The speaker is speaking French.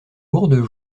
lourdes